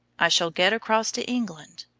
i shall get across to england.